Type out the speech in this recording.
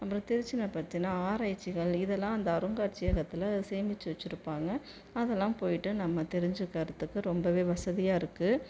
அப்புறம் திருச்சியை பற்றின ஆராய்ச்சிகள் இதெல்லாம் அந்த அருங்காட்சியகத்தில் சேமிச்சு வச்சுருப்பாங்க அதெல்லாம் போய்விட்டு நம்ம தெரிஞ்சுக்கறதுக்கு ரொம்பவே வசதியாக இருக்கு